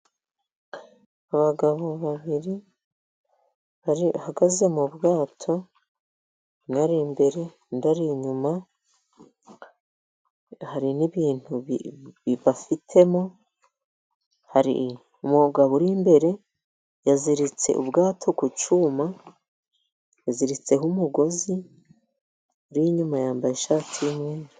Abagabo babiri bahagaze mu bwato, umwe ari imbere, undi ari inyuma, hari n'ibintu bafitemo, hari umugabo uri imbere yaziritse ubwato ku cyuma, yaziritseho umugozi, uri inyuma yambaye ishati y'umweru.